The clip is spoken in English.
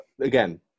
again